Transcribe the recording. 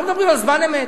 אנחנו מדברים על זמן אמת.